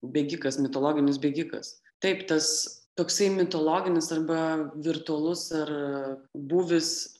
bėgikas mitologinis bėgikas taip tas toksai mitologinis arba virtualus ar būvis